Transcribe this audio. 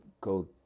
go